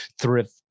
thrift